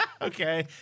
Okay